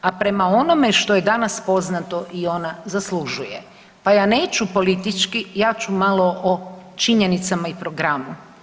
A prema onome što je danas poznato i ona zaslužuje, pa ja neću politički, ja ću malo o činjenicama i programu.